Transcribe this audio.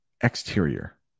exterior